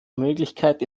möglichkeit